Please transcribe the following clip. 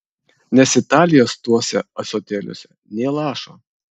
nes italijos tuose ąsotėliuose nė lašo